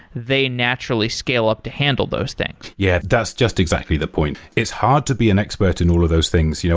they naturally scale up to handle those things. yeah, that's just exactly the point. it's hard to be an expert in all of those things. you know